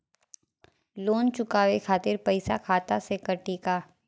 Loan चुकावे खातिर पईसा खाता से कटी का?